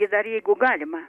ir dar jeigu galima